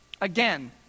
Again